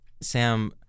Sam –